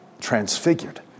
transfigured